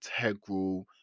integral